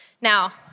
Now